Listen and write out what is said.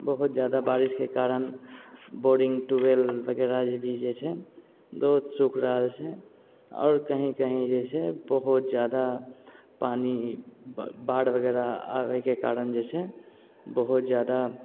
बहुत जादा बारिशके कारण बोरिंग ट्यूबेल वगैरह जे भी जे छै बहुत सूखैल छै आओर कहीं कहीं जे छै बहुत जादा पानि बाढ़ि वगैरह आबैके कारण जे छै बहुत जादा ज्यादा